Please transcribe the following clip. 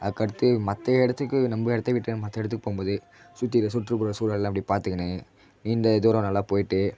அதுக்கடுத்து மற்ற இடத்துக்கு நம்ம இடத்த விட்டு மற்ற இடத்துக்கு போகும்போது சுற்றி இருக்க சுற்றுப்புற சூழலல்லாம் அப்படியே பார்த்துக்கினு நீண்ட தூரம் நல்லா போயிட்டு